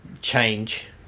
change